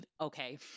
Okay